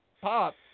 POP